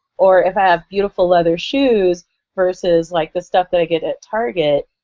or if i have beautiful leather shoes versus like the stuff that i get at target,